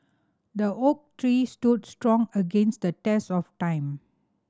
the oak tree stood strong against the test of time